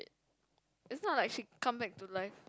it it's not like she come back to life